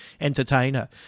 entertainer